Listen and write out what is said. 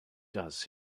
does